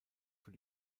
für